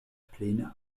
plene